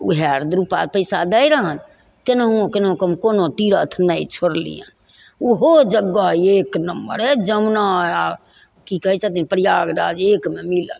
वएह रुपा पइसा दै रहनि कोनाहु कोनाहु हम कोनो तीरथ नहि छोड़लिअनि ओहो जगह एक नम्बर अइ जमुना आओर कि कहै छथिन प्रयागराज एकमे मिलल